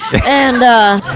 and